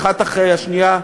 האחת אחרי השנייה,